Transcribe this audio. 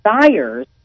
desires